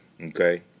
Okay